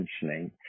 functioning